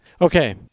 Okay